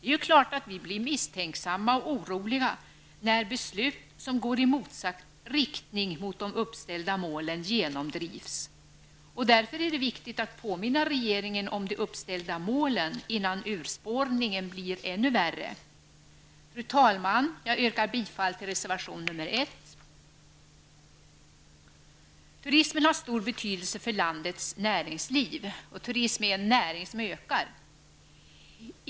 Det är klart att vi blir misstänksamma och oroliga när beslut som går i rakt motsatt riktning mot de uppställda målen genomdrivs. Det är därför viktigt att påminna regeringen om de uppställda målen, innan urspårningen blir ännu värre. Fru talman! Jag yrkar bifall till reservation nr 1. Turismen har stor betydelse för landets näringsliv, och turismen är en näring som ökar.